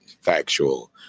factual